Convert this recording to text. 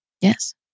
Yes